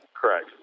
Correct